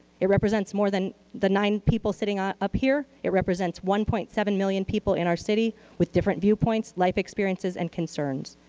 it represents more than the nine people sitting up up here. it represents one point seven million people in our city with different viewpoints, life experiences, and concerns.